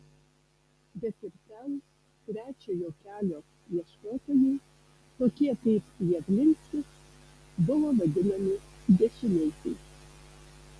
bet ir ten trečiojo kelio ieškotojai tokie kaip javlinskis buvo vadinami dešiniaisiais